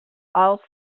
all